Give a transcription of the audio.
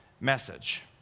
message